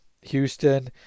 Houston